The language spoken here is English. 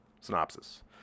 Synopsis